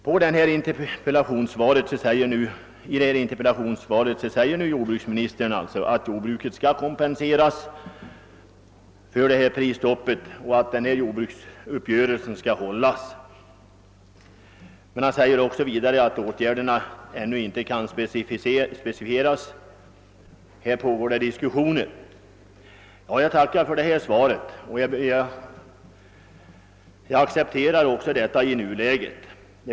Jordbruksministern förklarar i interpellationssvaret att jordbruket skall kompenseras för prisstoppets verkningar och att jordbruksuppgörelsen skall hållas. Han säger emellertid också att åtgärderna i det stycket ännu inte kan specificeras samt att diskussioner pågår. Jag tackar för det svaret, och jag accepterar det också i nuläget.